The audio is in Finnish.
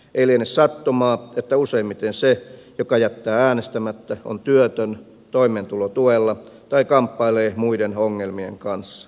ei liene sattumaa että useimmiten se joka jättää äänestämättä on työtön toimeentulotuella tai kamppailee muiden ongelmien kanssa